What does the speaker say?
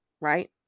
right